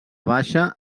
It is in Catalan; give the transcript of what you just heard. baixa